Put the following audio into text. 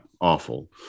awful